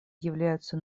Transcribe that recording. являются